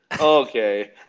Okay